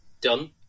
done